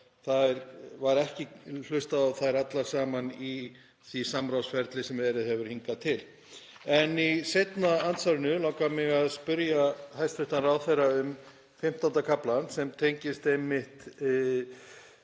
það var ekki hlustað á þær allar saman í því samráðsferli sem verið hefur hingað til. En í seinna andsvarinu langar mig að spyrja hæstv. ráðherra um XV. kafla sem tengist einmitt